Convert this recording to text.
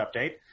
update